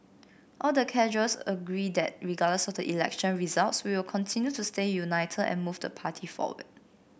all the cadres agree that regardless of the election results we'll continue to stay united and move the party forward